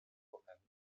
popełnić